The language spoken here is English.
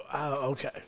Okay